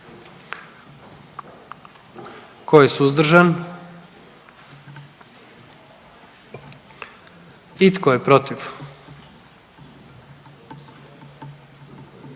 Tko je suzdržan? I tko je protiv?